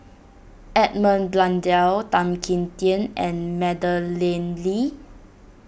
Edmund Blundell Tan Kim Tian and Madeleine Lee